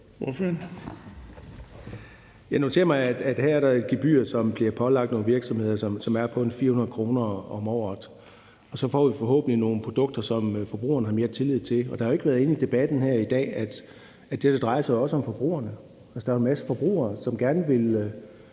Jeg noterer mig, at her er der et gebyr, som bliver pålagt nogle virksomheder, og som er på 400 kr. om året, og så får vi forhåbentlig nogle produkter, som forbrugerne har mere tillid til. Det har jo ikke været en del af debatten her i dag, at det her også drejer sig om forbrugerne. Altså, der er jo en masse forbrugere, som gerne vil